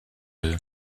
eux